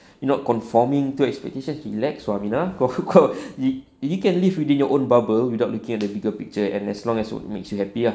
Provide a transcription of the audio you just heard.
you not conforming to expectations relax sua minah confirm kau you can live within your own bubble without looking at the bigger picture and as long as what makes you happy ah